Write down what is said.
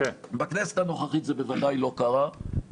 בכנסת הנוכחית זה בוודאי לא קרה,